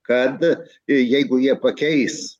kad jeigu jie pakeis